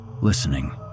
listening